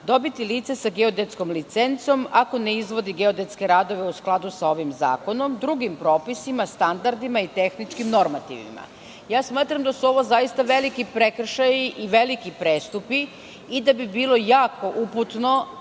dobiti lice sa geodetskom licencom ako ne izvodi geodetske radove u skladu sa ovim zakonom, drugim propisima i standardima i tehničkim normativima. Smatram da su ovo zaista veliki prekršaji i veliki prestupi i da bi bilo jako uputno,